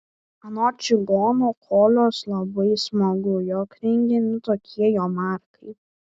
anot čigono kolios labai smagu jog rengiami tokie jomarkai